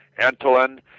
Antolin